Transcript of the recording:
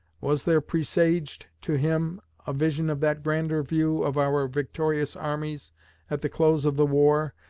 was there presaged to him a vision of that grander review of our victorious armies at the close of the war,